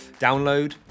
download